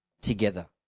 together